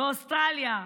באוסטרליה,